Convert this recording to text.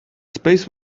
space